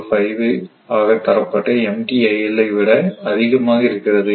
005 ஆக தரப்பட்ட MTIL ஐ விட அதிகமாக இருக்கிறது